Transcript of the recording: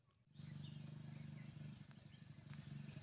कर्ज सुरक्षा धारक सर्वोसाधारणपणे मुद्दल आणि व्याज देण्यास पात्र असता